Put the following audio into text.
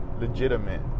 legitimate